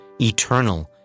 eternal